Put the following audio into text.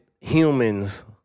humans